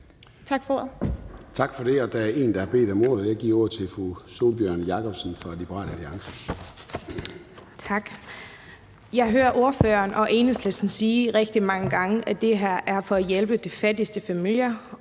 Jeg hører ordføreren og Enhedslisten sige rigtig mange gange, at det her er for at hjælpe de fattigste familier,